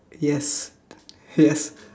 yes yes